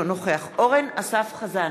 יחיא, אינו נוכח אורן אסף חזן,